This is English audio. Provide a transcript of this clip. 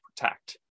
protect